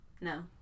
No